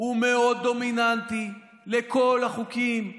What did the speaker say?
הוא מאוד דומיננטי בכל החוקים,